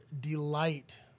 delight